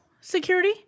security